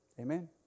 Amen